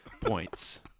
points